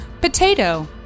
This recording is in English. Potato